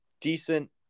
decent